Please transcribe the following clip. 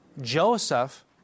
Joseph